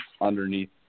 underneath